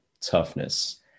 toughness